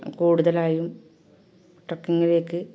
കൂടുതലായും ട്രക്കിങ്ങിലേക്ക്